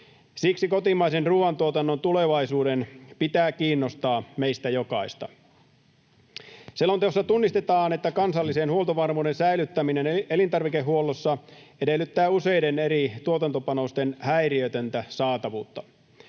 Siksi kotimaisen ruuantuotannon tulevaisuuden pitää kiinnostaa meistä jokaista. Selonteossa tunnistetaan, että kansallisen huoltovarmuuden säilyttäminen elintarvikehuollossa edellyttää useiden eri tuotantopanosten häiriötöntä saatavuutta.